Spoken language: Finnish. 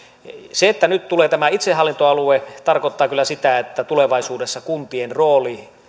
se että nyt tulee tämä itsehallintoalue tarkoittaa kyllä sitä että tulevaisuudessa kuntien rooli